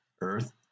earth